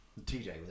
TJ